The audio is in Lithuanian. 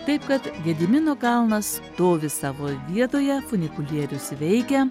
taip kad gedimino kalnas stovi savo vietoje funikulierius veikia